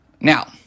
Now